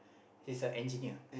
he's a engineer